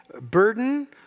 burden